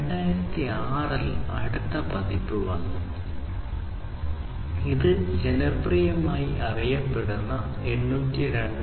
2006 ൽ അടുത്ത പതിപ്പ് വന്നു ഇത് ജനപ്രിയമായി അറിയപ്പെടുന്ന 802